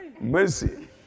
Mercy